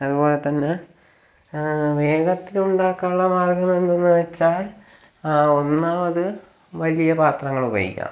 അതു പോലെ തന്നെ വേഗത്തിലുണ്ടാക്കാനുള്ള മാർഗ്ഗങ്ങളെന്തെന്നു വെച്ചാൽ ഒന്നാമത് വലിയ പാത്രങ്ങളുപയോഗിക്കണം